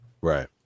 Right